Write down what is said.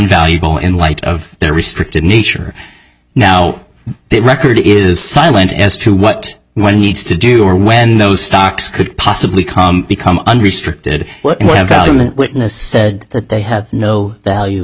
all in light of their restricted nature now that record is silent as to what one needs to do or when those stocks could possibly come become unrestricted witness said that they have no value